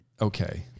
Okay